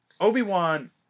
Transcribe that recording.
Obi-Wan